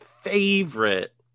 favorite